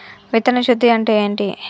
విత్తన శుద్ధి అంటే ఏంటి?